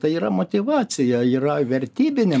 tai yra motyvacija yra vertybinė